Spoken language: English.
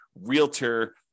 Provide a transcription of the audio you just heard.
realtor